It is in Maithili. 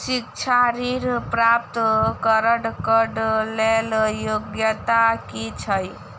शिक्षा ऋण प्राप्त करऽ कऽ लेल योग्यता की छई?